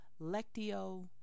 Lectio